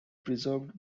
preserved